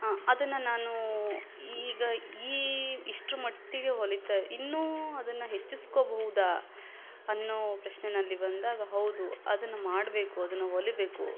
ಅದನ್ನು ನಾನು ಈಗ ಈ ಇಷ್ಟರಮಟ್ಟಿಗೆ ಹೊಲೀತಾ ಇನ್ನೂ ಅದನ್ನು ಹೆಚ್ಚಿಸ್ಕೊಳ್ಬಹುದಾ ಅನ್ನೋ ಪ್ರಶ್ನೆಯಲ್ಲಿ ಬಂದಾಗ ಹೌದು ಅದನ್ನ ಮಾಡಬೇಕು ಅದನ್ನ ಹೊಲಿಯಬೇಕು